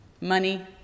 money